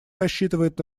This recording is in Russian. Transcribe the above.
рассчитывает